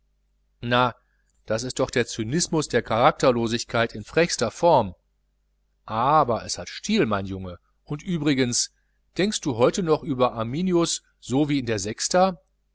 na das ist doch der cynismus der charakterlosigkeit in frechster form aber es hat stil mein junge und übrigens denkst du heute noch über arminius so wie in sexta